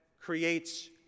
creates